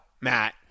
Matt